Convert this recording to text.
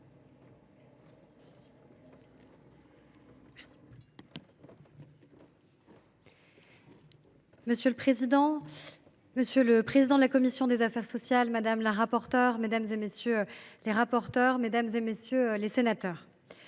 Monsieur le président, monsieur le président de la commission des affaires sociales, madame la rapporteure générale, mesdames, messieurs les rapporteurs, mesdames, messieurs les sénateurs,